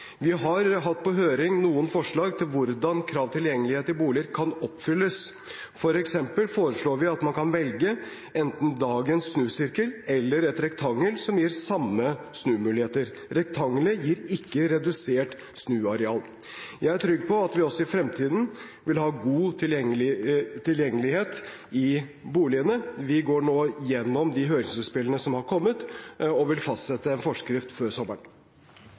Vi har hatt på høring noen forslag til hvordan krav til tilgjengelighet i boliger kan oppfylles. For eksempel foreslår vi at man kan velge enten dagens snusirkel eller et rektangel som gir samme snumuligheter. Rektangelet gir ikke redusert snuareal. Jeg er trygg på at vi også i fremtiden vil ha god tilgjengelighet i boligene. Vi går nå igjennom de høringsinnspillene som er kommet, og vil fastsette en forskrift før sommeren.